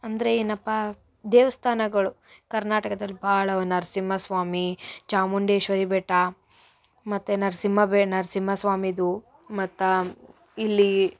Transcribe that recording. ಅಂದರೆ ಏನಪ್ಪಾ ದೇವಸ್ಥಾನಗಳು ಕರ್ನಾಟಕದಲ್ಲಿ ಭಾಳ ಅವ ನರ್ಸಿಂಹಸ್ವಾಮಿ ಚಾಮುಂಡೇಶ್ವರಿ ಬೆಟ್ಟ ಮತ್ತು ನರ್ಸಿಂಹ ಬೆ ನರ್ಸಿಂಹ ಸ್ವಾಮಿದು ಮತ್ತು ಇಲ್ಲಿ